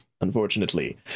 unfortunately